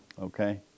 Okay